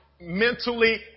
mentally